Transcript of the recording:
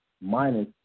minus